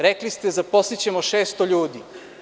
Rekli ste – zaposlićemo 600 ljudi.